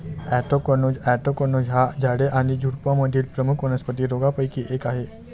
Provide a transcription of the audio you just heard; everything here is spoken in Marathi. अँथ्रॅकनोज अँथ्रॅकनोज हा झाडे आणि झुडुपांमधील प्रमुख वनस्पती रोगांपैकी एक आहे